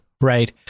right